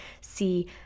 see